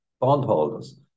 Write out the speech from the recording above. bondholders